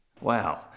Wow